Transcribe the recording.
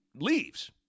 leaves